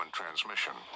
transmission